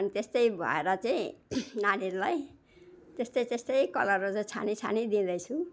अनि त्यस्तै भएर चाहिँ नानीहूरलाई त्यस्तै त्यस्तै कलरहरू छानी छानी दिँदैछु